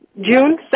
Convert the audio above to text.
June